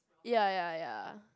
ya ya ya